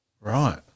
Right